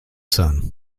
son